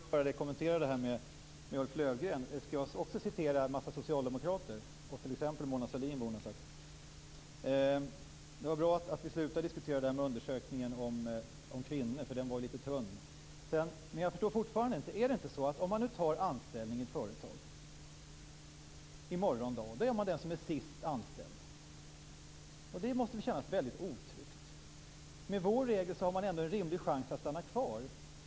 Fru talman! Det vore kul att höra Christina Axelsson kommentera det jag sade om Ulf Löfgren. Skall jag då citera en massa socialdemokrater, t.ex. Mona Sahlin? Det var bra att vi slutade diskutera undersökningen om kvinnor, för den var lite tunn. Jag förstår fortfarande inte Christina Axelssons resonemang. Om man tar anställning i ett företag i morgon dag, är man den som är sist anställd. Det måste kännas otryggt. Med vår regel har man en rimlig chans att få stanna kvar.